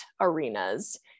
arenas